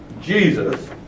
Jesus